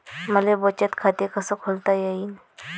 मले बचत खाते कसं खोलता येईन?